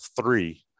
three